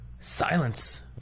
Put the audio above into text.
silence